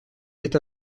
est